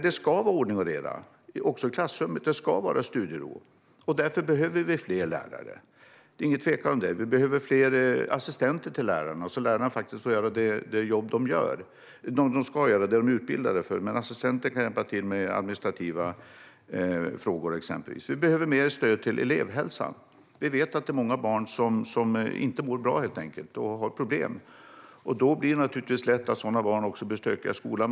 Det ska vara ordning och reda också i klassrummet. Det ska vara studiero. Därför behöver vi fler lärare. Det är ingen tvekan om det. Vi behöver även fler assistenter till lärarna så att lärarna får göra det jobb de är utbildade för. Assistenter kan exempelvis hjälpa till med administrativa frågor. Vi behöver mer stöd till elevhälsan. Vi vet att det är många barn som helt enkelt inte mår bra och som har problem. Sådana barn blir naturligtvis lätt stökiga också i skolan.